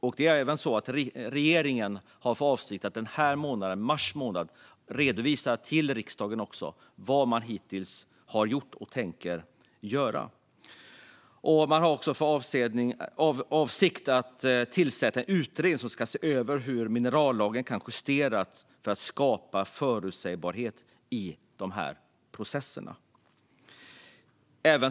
Regeringen har även för avsikt att under mars månad redovisa för riksdagen vad man hittills har gjort och tänker göra. Man har också för avsikt att tillsätta en utredning som ska se över hur minerallagen kan justeras för att vi ska skapa förutsägbarhet i dessa processer.